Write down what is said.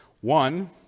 One